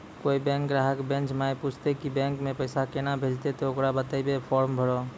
कोय बैंक ग्राहक बेंच माई पुछते की बैंक मे पेसा केना भेजेते ते ओकरा बताइबै फॉर्म भरो